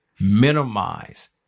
minimize